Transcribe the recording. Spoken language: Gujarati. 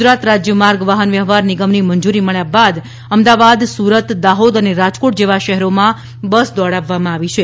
ગુજરાત રાજ્ય માર્ગ વાહન વ્યવહાર નિગમની મંજૂરી બાદ અમદાવાદ સુરત દાહોદ અને રાજકોટ જેવા શહેરીમાં બસ દોડાવવામાં આવી છે